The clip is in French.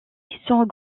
sans